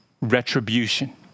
retribution